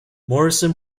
morison